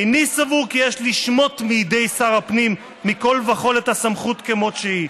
איני סבור כי יש לשמוט מידי שר הפנים מכול וכול את הסמכות כמות שהיא.